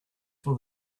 for